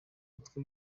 mutwe